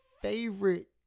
favorite